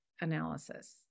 analysis